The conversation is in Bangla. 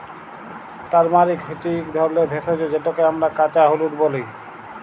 টারমারিক হছে ইক ধরলের ভেষজ যেটকে আমরা কাঁচা হলুদ ব্যলি